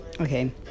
okay